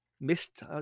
missed